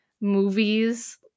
movies